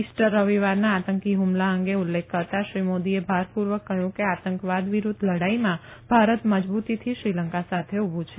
Easter રવિવારના આતંકી હુમલા અંગે ઉલ્લેખ કરતા શ્રી મોદીએ ભારપુર્વક કહયું કે આતંકવાદ વિરૂધ્ધ લડાઈમાં ભારત મજબુતીથી શ્રીલંકા સાથે ઉભુ છે